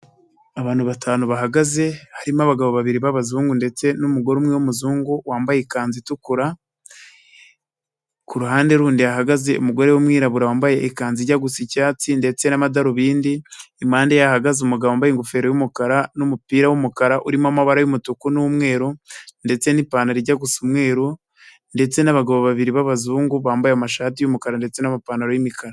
Abantu batanu bahagaze, harimo abagabo babiri b'abazungu ndetse n'umugore umwe w'umuzungu, wambaye ikanzu itukura. Kuruhande rundi hahagaze umugore w'umwirabura wambaye ikanzu ijya gusa icyatsi ndetse n'amadarubindi. Impande hahagaze umugabo wambaye ingofero y'umukara n'umupira w'umukara urimo amabara y'umutuku n'umweru ndetse n'ipantaro ijya gusa umweru ndetse n'abagabo babiri b'abazungu, bambaye amashati y'umukara ndetse n'amapantaro y'imikara.